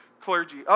clergy